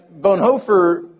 Bonhoeffer